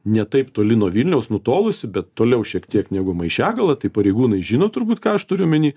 ne taip toli nuo vilniaus nutolusi bet toliau šiek tiek negu maišiagala tai pareigūnai žino turbūt ką aš turiu omeny